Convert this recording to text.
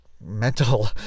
mental